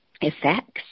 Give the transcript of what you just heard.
effects